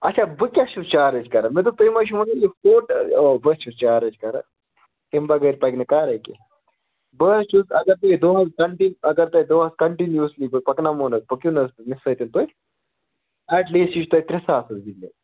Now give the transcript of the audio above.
اَچھا بہٕ کیٛاہ چھُس چارٕج کَران مےٚ دوٚپ تُہۍ ما چھُو مگر یہِ فورٹ اَو بہٕ حظ چھُس چارٕج کَران تَمہِ بَغٲر پَکہِ نہٕ کارٕے کیٚنٛہہ بہٕ حظ چھُس اگر تُہۍ دۄہَس کَنٹِنیٛوٗ اگر تۄہہِ دۄہَس کَنٹِنیٛوٗسلی بہٕ پَکناوہو حظ نا پٔکِو نہَ حظ مےٚ سۭتۍ تُہۍ ایٹ لیٖسٹ یہِ چھُ تۄہہِ ترٛےٚ ساس رۅپیہِ دِنۍ